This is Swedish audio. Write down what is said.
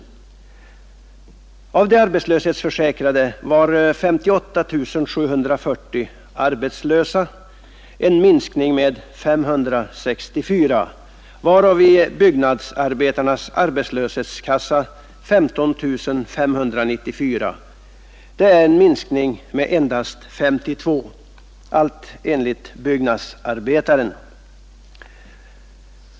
Av de arbetslöshetsförsäkrade var 58 740 arbetslösa, en minskning med 564, varav vid byggnadsarbetarnas arbetslöshetskassa 15 594. Det är en minskning med endast 52, allt enligt Byggnadsarbetaren.